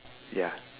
ya